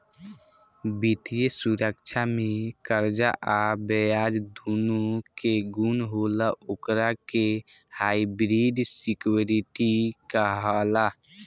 वित्तीय सुरक्षा में कर्जा आ ब्याज दूनो के गुण होला ओकरा के हाइब्रिड सिक्योरिटी कहाला